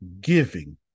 giving